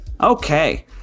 Okay